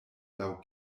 laŭ